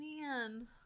man